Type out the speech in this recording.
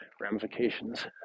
ramifications